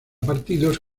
partidos